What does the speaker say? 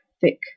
thick